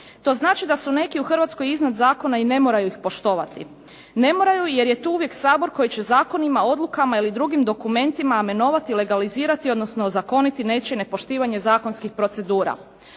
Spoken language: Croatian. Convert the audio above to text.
To znači da su neki u Hrvatskoj iznad zakona i ne moraju ih poštovati, ne moraju jer je tu uvijek Sabor koji će zakonima, odlukama ili drugim dokumentima amenovati, legalizirati odnosno ozakoniti nečije nepoštivanje zakonskih procedura.